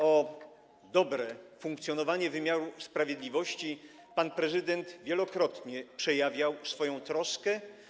O dobre funkcjonowanie wymiaru sprawiedliwości pan prezydent wielokrotnie przejawiał swoją troskę.